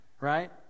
right